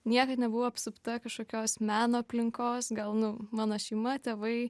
niekad nebuvau apsupta kažkokios meno aplinkos gal nu mano šeima tėvai